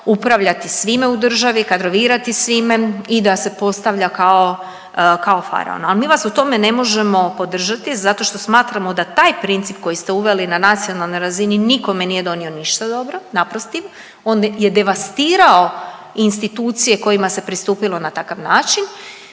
upravljati svime u državi, kadrovirati svime i da se postavlja kao faraon. A mi vas u tome ne možemo podržati zato što smatramo da taj princip koji ste uveli na nacionalnoj razini nikome nije donio ništa dobro, naprotiv, on je devastirao institucije kojima se pristupilo na takav način.